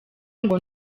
ngo